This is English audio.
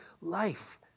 life